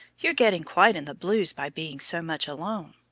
you're getting quite in the blues by being so much alone.